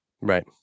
right